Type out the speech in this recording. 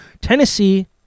Tennessee